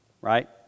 right